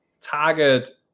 target